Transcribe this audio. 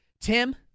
Tim